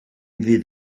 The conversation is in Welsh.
fydd